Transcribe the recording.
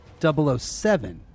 007